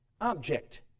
object